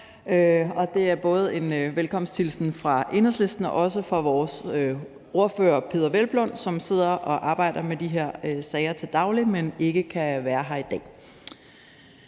både en velkomsthilsen fra Enhedslisten og fra vores ordfører hr. Peder Hvelplund, som sidder og arbejder med de her sager til daglig, men ikke kan være her i dag.